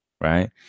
Right